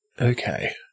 Okay